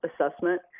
assessment